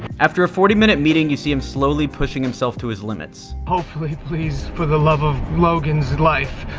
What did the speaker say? after a forty minute meeting you see him slowly pushing himself to his limits. hopefully, please, for the love of logan's life,